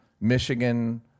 Michigan